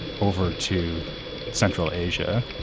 over to central asia,